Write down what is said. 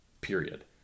period